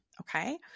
Okay